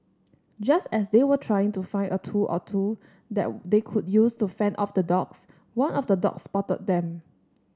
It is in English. just as they were trying to find a tool or two that they could use to fend off the dogs one of the dogs spotted them